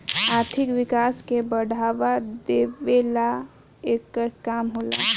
आर्थिक विकास के बढ़ावा देवेला एकर काम होला